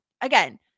again